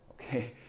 Okay